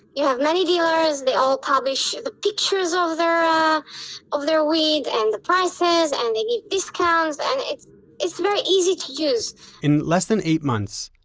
yeah many dealers. they all publish the pictures of their ah of their weed and the prices and they give discounts and it's, it's very easy to use in less than eight months,